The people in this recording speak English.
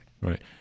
Right